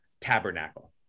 tabernacle